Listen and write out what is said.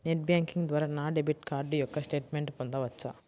Net banking ద్వారా నా debit card యొక్క స్టేట్మెంట్ పొందవచ్చా?